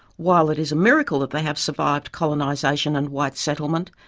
while it is a miracle that they have survived colonisation and white settlement,